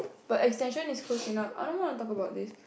but extension is close enough I don't want to talk about this